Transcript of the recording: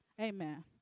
Amen